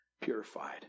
purified